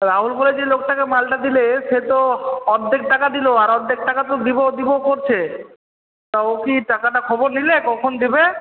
রাহুল বলে যে লোকটাকে মালাটা দিলে সে তো অর্ধেক টাকা দিলো আর অর্ধেক টাকা তো দেবো দেবো করছে তা ও কি টাকাটা খবর নিলে কখন দেবে